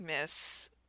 miss